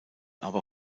aber